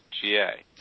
GA